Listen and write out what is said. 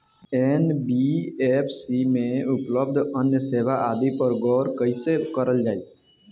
NBFC में उपलब्ध अन्य सेवा आदि पर गौर कइसे करल जाइ?